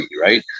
right